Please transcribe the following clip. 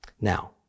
Now